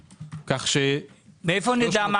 כך ש-300 מיליון --- מאיפה נדע מה